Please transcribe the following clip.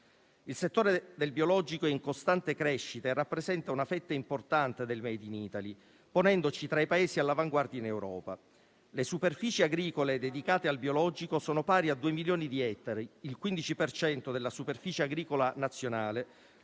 Il settore del biologico è in costante crescita e rappresenta una fetta importante del *made in Italy*, ponendoci tra i Paesi all'avanguardia in Europa. Le superfici agricole dedicate al biologico sono pari a due milioni di ettari, il 15 per cento della superficie agricola nazionale,